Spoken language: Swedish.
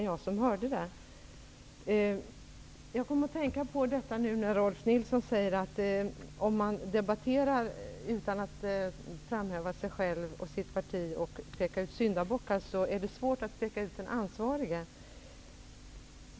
Jag kom att tänka på detta när Rolf L Nilson sade, att om man debatterar utan att framhäva sig själv och sitt parti och peka ut syndabockar, är det svårt att visa vilka som är ansvariga.